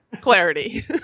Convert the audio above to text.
clarity